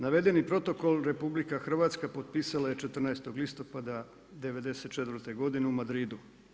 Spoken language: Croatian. Navedeni protokol RH potpisala je 14. listopada '94. godine u Madridu.